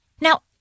Now